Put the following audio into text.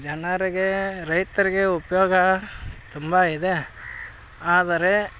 ಜನರಿಗೆ ರೈತರಿಗೆ ಉಪಯೋಗ ತುಂಬ ಇದೆ ಆದರೆ